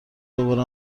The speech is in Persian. دوباره